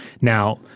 Now